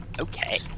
Okay